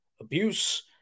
abuse